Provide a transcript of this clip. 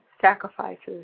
sacrifices